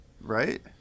right